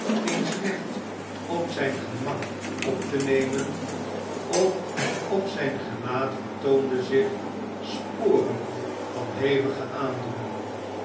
eens recht op zijn gemak op te nemen of op zijn gelaat vertoonden zich sporen van hevige aandoening